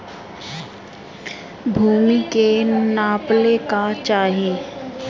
भूमि के नापेला का चाही?